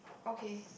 okay